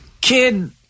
kid